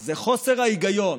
זה חוסר ההיגיון